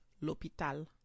l'hôpital